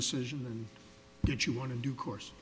decision and did you want to do course